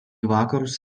vakarus